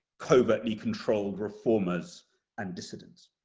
covertly controlled reformers and dissidents.